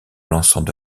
l’ensemble